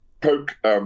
poke